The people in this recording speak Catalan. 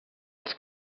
als